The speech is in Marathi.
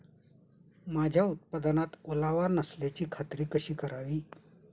माझ्या उत्पादनात ओलावा नसल्याची खात्री कशी करावी?